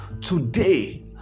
today